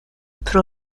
pro